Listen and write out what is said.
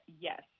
yes